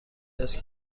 است